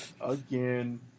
again